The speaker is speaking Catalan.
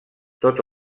tot